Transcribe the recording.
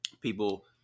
people